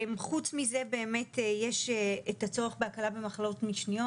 חוץ מזה באמת יש את הצורך בהקלה במחלות משניות.